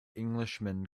englishman